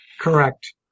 Correct